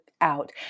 out